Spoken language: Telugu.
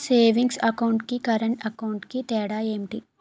సేవింగ్స్ అకౌంట్ కి కరెంట్ అకౌంట్ కి తేడా ఏమిటి?